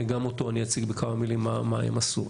אני אציג בכמה מילים מה הם עשו.